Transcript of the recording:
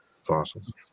Fossils